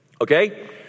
Okay